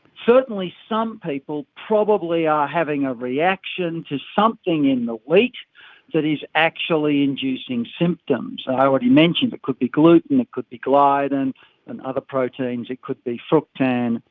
certainly some people probably are having a reaction to something in the wheat that is actually inducing symptoms. i already mentioned it could be gluten, it could be gliadin and other proteins, it could be fructan,